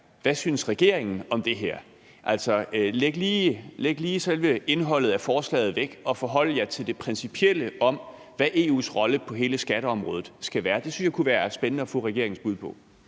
hvad regeringen synes om det her. Læg lige selve indholdet af forslaget væk, og forhold jer til det principielle om, hvad EU's rolle på hele skatteområdet skal være. Det synes jeg kunne være spændende at få regeringens bud på.